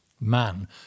man